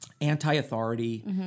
anti-authority